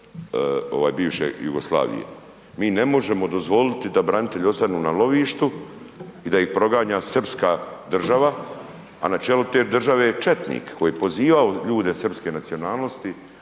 bivše Jugoslavije. Mi ne možemo dozvoliti da branitelji ostanu na lovištu i da ih proganja srpska država, a na čelu te države je četnik koji je pozivao ljude srpske nacionalnosti